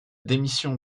démission